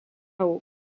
haut